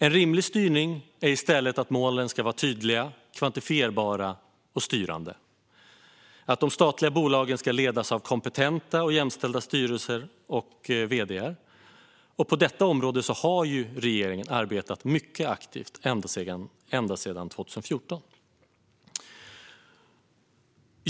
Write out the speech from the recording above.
En rimlig styrning är i stället att målen är tydliga, kvantifierbara och styrande. De statliga bolagen ska ledas av kompetenta och jämställda styrelser och vd:ar. På detta område har regeringen arbetat mycket aktivt ända sedan 2014.